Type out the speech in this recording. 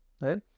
right